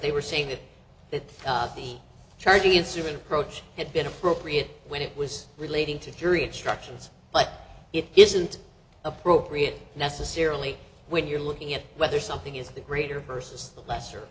they were saying that the charging instrument approach had been appropriate when it was relating to jury instructions but it isn't appropriate necessarily when you're looking at whether something is the greater versus the lesser